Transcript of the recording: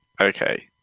Okay